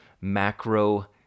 Macro